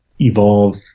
evolve